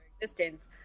existence